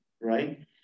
right